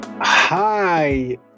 Hi